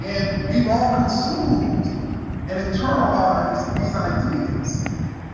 and we've all consumed and internalized these ideas